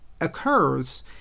occurs